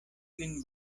lin